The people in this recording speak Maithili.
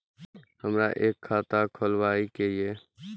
हमरा एक खाता खोलाबई के ये?